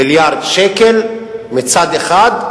מיליארד שקל מצד אחד,